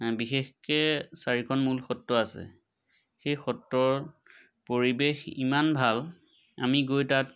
বিশেষকৈ চাৰিখন মূল সত্ৰ আছে সেই সত্ৰৰ পৰিৱেশ ইমান ভাল আমি গৈ তাত